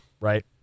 right